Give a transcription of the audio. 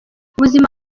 ubuzima